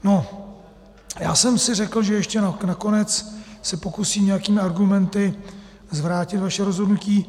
No, já jsem si řekl, že se ještě nakonec pokusím nějakými argumenty zvrátit vaše rozhodnutí.